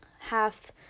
half